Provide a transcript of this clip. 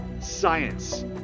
science